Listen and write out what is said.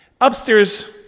Upstairs